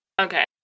okay